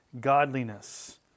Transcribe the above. godliness